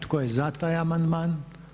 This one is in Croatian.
Tko je za taj amandman?